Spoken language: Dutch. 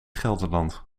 gelderland